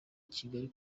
kigali